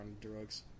drugs